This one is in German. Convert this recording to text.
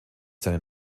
seinen